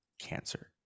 cancer